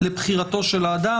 לבחירתו של האדם.